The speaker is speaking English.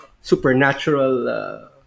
supernatural